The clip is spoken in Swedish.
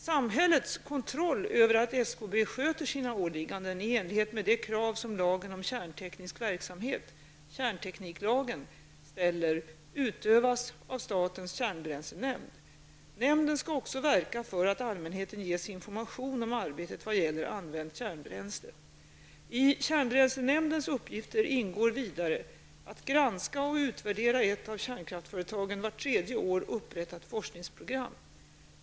Samhällets kontroll över att SKB sköter sina åligganden i enlighet med de krav som lagen ställer utövas av statens kärnbränslenämnd. Nämnden skall också verka för att allmänheten ges information om arbetet vad gäller använt kärnbränsle. I kärnbränslenämndens uppgifter ingår vidare att granska och utvärdera ett av kärnkraftsföretagen vart tredje år upprättat forskningsprogram.